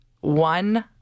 one